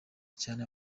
cyane